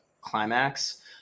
climax